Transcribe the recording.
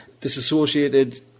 disassociated